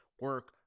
Work